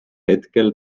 hetkel